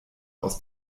aus